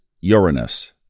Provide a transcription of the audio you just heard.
Uranus